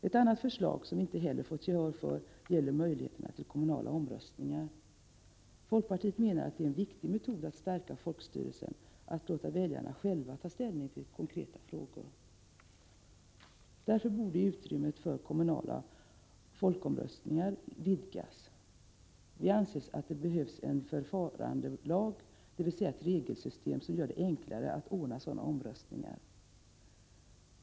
Ett annat förslag som vi inte heller fått gehör för gäller möjligheterna till kommunala folkomröstningar. Folkpartiet menar att en viktig metod för att stärka folkstyrelsen är att låta väljarna själva ta ställning till konkreta frågor. Därför borde utrymmet för kommunala folkomröstningar vidgas. Vi anser att det behövs en ”förfarandelag”, dvs. ett regelsystem som gör det enklare att ordna sådana omröstningar.